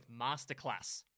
Masterclass